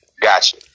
Gotcha